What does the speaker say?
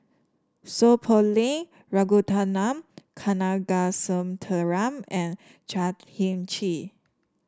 S eow Poh Leng Ragunathar Kanagasuntheram and Chan Heng Chee